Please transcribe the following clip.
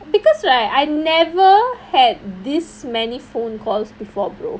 because right I never had this many phone calls before brother